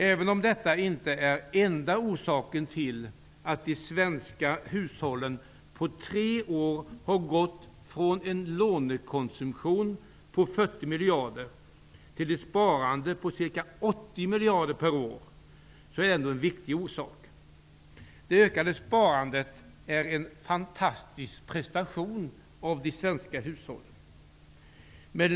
Även om detta inte är den enda orsaken till att de svenska hushållen på tre år har gått från en lånekonsumtion på ca 40 miljarder per år till ett sparande på ca 80 miljarder per år är det en viktig orsak. Det ökade sparandet är en fantastisk prestation av de svenska hushållen.